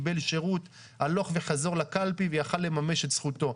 קיבל שירות הלוך וחזור לקלפי ויכול היה לממש את זכותו.